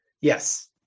Yes